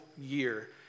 year